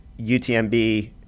UTMB